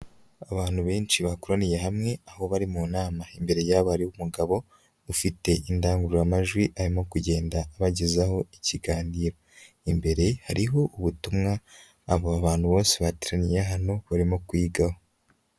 Abantu benshi bakoraniye hamwe aho bari mu nama, imbere yabo hari umugabo ufite indangururamajwi arimo kugenda abagezaho ikiganiro, imbere hariho ubutumwa aba bantu bose bateraniye hano barimo kwigaho.